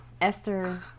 Esther